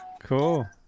Cool